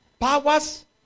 powers